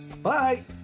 Bye